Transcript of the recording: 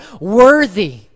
worthy